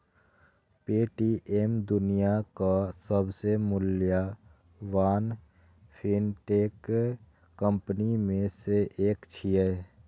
Paytm दुनियाक सबसं मूल्यवान फिनटेक कंपनी मे सं एक छियै